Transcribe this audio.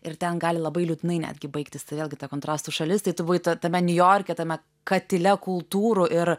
ir ten gali labai liūdnai netgi baigtis tai vėlgi ta kontrastų šalis tai tu buvai tame niujorke tame katile kultūrų ir